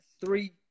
three